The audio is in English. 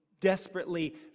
desperately